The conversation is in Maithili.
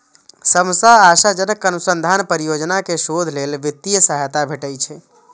सबसं आशाजनक अनुसंधान परियोजना कें शोध लेल वित्तीय सहायता भेटै छै